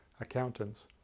accountants